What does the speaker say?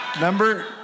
Number